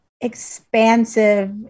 expansive